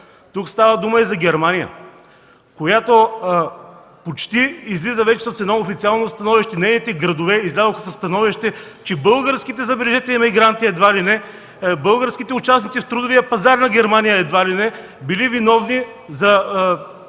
Тук става дума и за Германия, която почти излиза вече с едно официално становище – нейните градове излязоха със становище, че българските, забележете, имигранти, българските участници в трудовия пазар на Германия едва ли не били виновни за